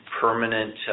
permanent